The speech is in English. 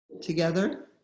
together